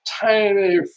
tiny